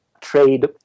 trade